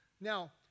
Now